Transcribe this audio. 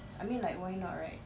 I mean like why not right